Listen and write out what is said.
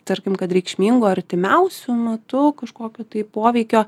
tarkim kad reikšmingo artimiausiu metu kažkokio tai poveikio